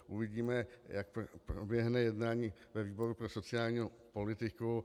Uvidíme, jak proběhne jednání ve výboru pro sociální politiku.